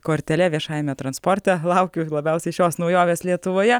kortele viešajame transporte laukiu labiausiai šios naujovės lietuvoje